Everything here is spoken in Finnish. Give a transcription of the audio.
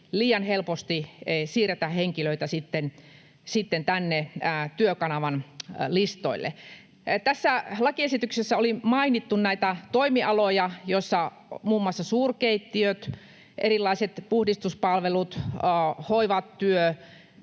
liian helposti siirretä henkilöitä sitten tänne Työkanavan listoille? Tässä lakiesityksessä oli mainittu näitä toimialoja, muun muassa suurkeittiöt, erilaiset puhdistuspalvelut, hoivatyö,